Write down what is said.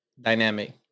dynamic